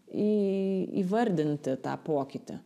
į įvardinti tą pokytį